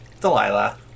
Delilah